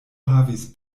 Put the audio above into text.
havis